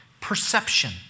perception